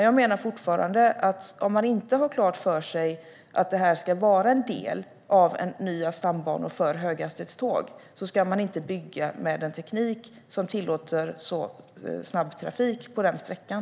Jag menar fortfarande att om man inte har klart för sig att det här ska vara en del av nya stambanor för höghastighetståg ska man inte heller bygga med en teknik som tillåter så snabb trafik på den sträckan.